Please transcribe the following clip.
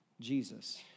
Jesus